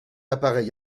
appareil